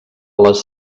les